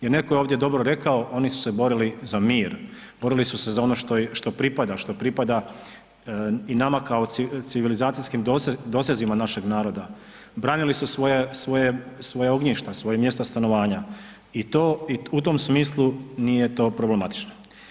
Jer neko je ovdje dobro rekao, oni su se borili za mir, borili su se za ono što pripada, što pripada i nama kao civilizacijskim dosezima našeg naroda, branili su svoja ognjišta, svoja mjesta stanovanja i u tom smislu nije to problematično.